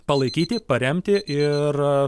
palaikyti paremti ir